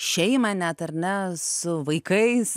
šeimą net ar ne su vaikais